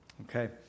Okay